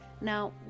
Now